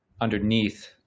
underneath